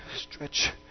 Stretch